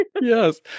Yes